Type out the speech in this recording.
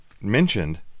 mentioned